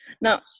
Now